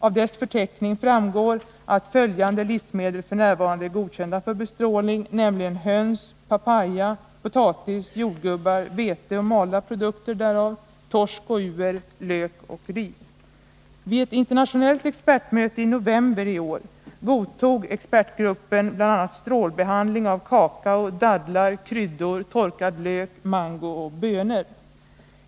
Av dess förteckning framgår att följande livsmedel är godkända för bestrålning, nämligen höns, papya, potatis, jordgubbar, vete och malda produkter, därav torsk och uer, lök och ris. Vid ett internationellt expertmöte i november i år godtog expertgruppen bl.a. strålbehandling av kakao, dadlar, kryddor, torkad lök, mango och bönor.